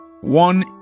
one